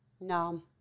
No